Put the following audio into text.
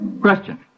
Question